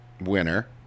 winner